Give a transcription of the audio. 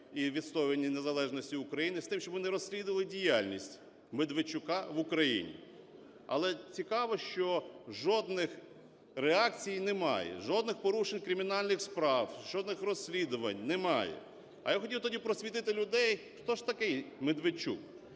і відстоюванні незалежності України, з тим щоб вони розслідували діяльність Медведчука в Україні. Але цікаво, що жодних реакцій немає, жодних порушень кримінальних справ, жодних розслідувань немає. А я хотів тоді просвітити людей, хто ж такий Медведчук.